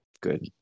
good